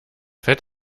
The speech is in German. fett